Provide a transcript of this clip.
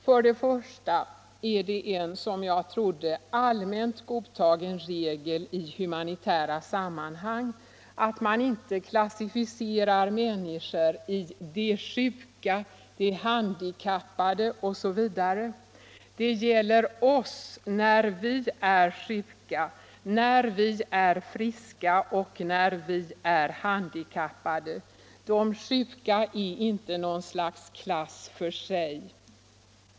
Jag trodde att det var en allmänt godtagen regel i humanitära sammanhang att man inte klassificerar människor i de sjuka, de handikappade osv. Det gäller oss, när vi är sjuka, när vi är friska och när vi är handikappade. De sjuka är inte något slags klass för sig.